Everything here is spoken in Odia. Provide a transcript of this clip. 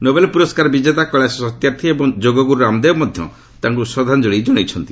ନୋବେଲ ପ୍ରରସ୍କାର ବିଜେତା କେିଳାଶ ସତ୍ୟାର୍ଥୀ ଏବଂ ଯୋଗଗ୍ରର୍ତ ରାମଦେବ ମଧ୍ୟ ତାଙ୍କ ଶ୍ରଦ୍ଧାଞ୍ଚଳୀ ଜଣାଇଛନ୍ତି